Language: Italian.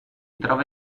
trova